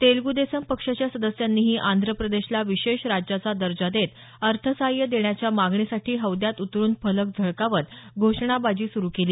तेलगु देशम पक्षाच्या सदस्यांनीही आंध्रप्रदेशला विशेष राज्याचा दर्जा देत अर्थसहाय्य देण्याच्या मागणीसाठी हौद्यात उतरून फलक झळकावत घोषणाबाजी सुरू केली